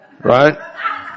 Right